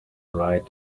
right